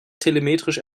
telemetrisch